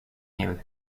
milles